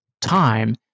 time